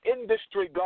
Industry